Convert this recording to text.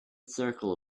circle